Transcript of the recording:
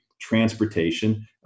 transportation